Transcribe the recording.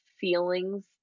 feelings